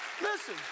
Listen